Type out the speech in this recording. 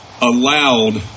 allowed